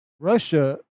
Russia